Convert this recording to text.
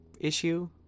issue